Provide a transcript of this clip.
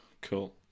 Cool